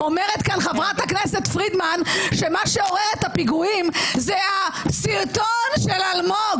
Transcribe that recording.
אומרת פה חברת הכנסת פרידמן שמה שעורר את הפיגועים זה הסרטון של אלמוג.